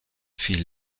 fiel